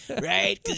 right